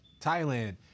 Thailand